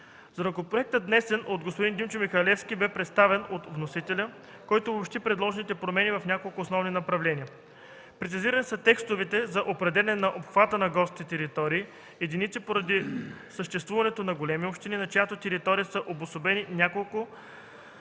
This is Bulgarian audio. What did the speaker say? Законопроектът, внесен от господин Димчо Михалевски, бе представен от вносителя, който обобщи предложените промени в няколко основни направления. Прецизирани са текстовете за определяне на обхвата на горските териториални единици, поради съществуването на големи общини, на чиято територия са обособени няколко